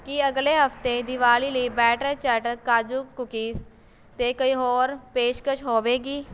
ਕੀ ਅਗਲੇ ਹਫ਼ਤੇ ਦਿਵਾਲੀ ਲਈ ਬੈਟਰ ਚੈਟਰ ਕਾਜੂ ਕੂਕੀਜ਼ 'ਤੇ ਕੋਈ ਹੋਰ ਪੇਸ਼ਕਸ਼ ਹੋਵੇਗੀ